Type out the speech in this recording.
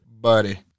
buddy